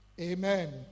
Amen